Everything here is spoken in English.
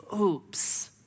oops